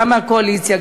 גם מהקואליציה,